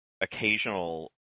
occasional